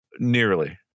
Nearly